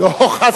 לא, חס וחלילה.